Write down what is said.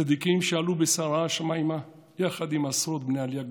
צדיקים שעלו בסערה השמיימה יחד עם עשרות בני עליה קדושים.